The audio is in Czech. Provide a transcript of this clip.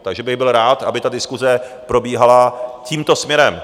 Takže bych byl rád, aby ta diskuse probíhala tímto směrem.